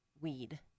weed